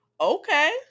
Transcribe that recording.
Okay